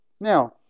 Now